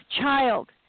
child